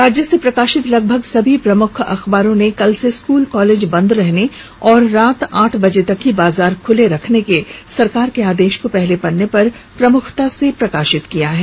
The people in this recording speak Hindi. राज्य से प्रकाशित लगभग सभी प्रमुख अखबारों ने कल से स्कूल कॉलेज बन्द होने और रात आठ बजे तक ही बाजार खुले रखने के सरकार के आदेश को पहले पन्ने पर प्रमुखता से प्रकाशित किया है